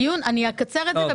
אני אקצר את זה.